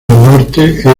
norte